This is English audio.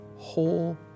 whole